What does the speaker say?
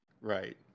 Right